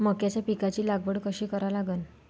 मक्याच्या पिकाची लागवड कशी करा लागन?